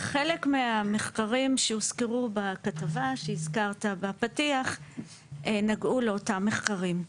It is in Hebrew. חלק מהמחקרים שהוזכרו בכתבה שהזכרת בפתיח נגעו לאותם מחקרים.